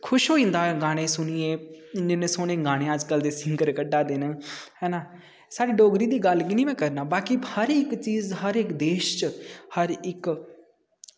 खुश होई जंदा गाने सुनियै इन्ने इन्ने सोह्ने गाने अज्जकल दे सिंगर कड्ढा दे न है ना साढ़ी डोगरी दी गल्ल गी गै नी करना बाकी हर इक चीज हर इक देश च हर इक